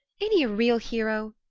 ain't he a real hero?